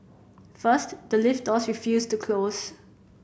first the lift doors refused to close